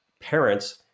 parents